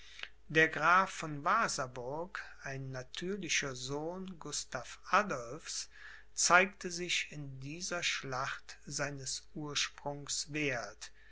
der graf von wasaburg ein natürlicher sohn gustav adolphs zeigte sich in dieser schlacht seines ursprungs